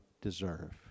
deserve